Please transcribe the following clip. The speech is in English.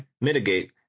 mitigate